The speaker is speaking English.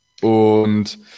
Und